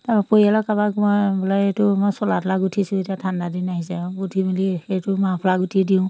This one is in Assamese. তাৰপৰা পৰিয়ালৰ কাৰোবাক মই বোলে এইটো মই চোলা তোলা গুঠিছোঁ এতিয়া ঠাণ্ডা দিন আহিছে গুঠি মেলি সেইটো মাৰ্ফলা গুঠি দিওঁ